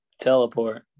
Teleport